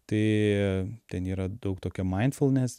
tai ten yra daug tokio mainfulnes